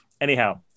Anyhow